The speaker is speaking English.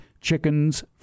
chickens